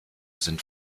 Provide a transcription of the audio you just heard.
sind